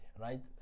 right